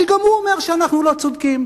שגם הוא אומר שאנחנו לא צודקים.